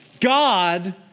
God